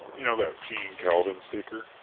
you know that peeing calvin sticker?